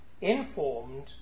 informed